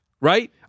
right